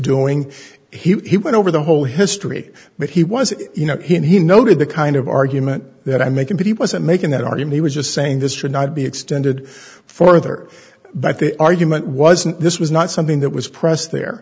doing he went over the whole history but he was you know he noted the kind of argument that i make him but he wasn't making that argument he was just saying this should not be extended further but the argument wasn't this was not something that was pressed there